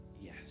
yes